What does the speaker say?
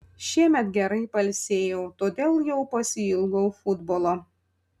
šiemet gerai pailsėjau todėl jau pasiilgau futbolo